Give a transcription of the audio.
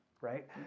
right